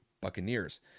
Buccaneers